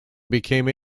became